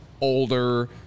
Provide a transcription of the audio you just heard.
older